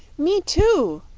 me, too!